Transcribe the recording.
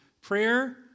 prayer